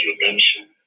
Redemption